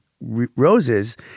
roses